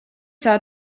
saa